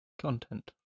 content